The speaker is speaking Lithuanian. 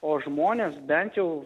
o žmonės bent jau